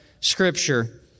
Scripture